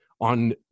on